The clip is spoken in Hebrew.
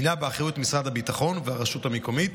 הוא באחריות משרד הביטחון והרשות המקומית,